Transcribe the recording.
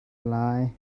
lai